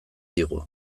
digu